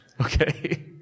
Okay